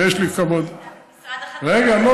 ויש לי כבוד, לא,